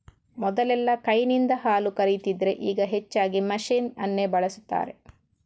ಮೊದಲೆಲ್ಲಾ ಕೈನಿಂದ ಹಾಲು ಕರೀತಿದ್ರೆ ಈಗ ಹೆಚ್ಚಾಗಿ ಮೆಷಿನ್ ಅನ್ನೇ ಬಳಸ್ತಾರೆ